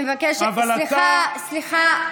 סליחה, סליחה.